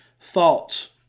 thoughts